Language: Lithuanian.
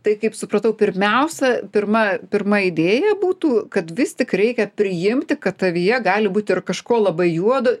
tai kaip supratau pirmiausia pirma pirma idėja būtų kad vis tik reikia priimti kad tavyje gali būt ir kažko labai juodo